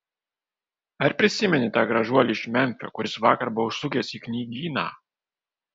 ar prisimeni tą gražuolį iš memfio kuris vakar buvo užsukęs į knygyną